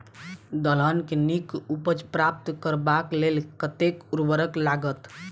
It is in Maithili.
दलहन केँ नीक उपज प्राप्त करबाक लेल कतेक उर्वरक लागत?